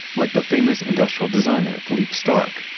like the famous industrial designer, philipe starck,